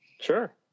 Sure